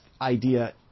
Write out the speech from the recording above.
idea